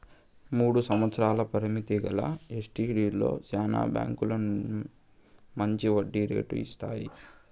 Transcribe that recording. మూడు సంవత్సరాల పరిమితి గల ఎస్టీడీలో శానా బాంకీలు మంచి వడ్డీ రేటు ఇస్తాయి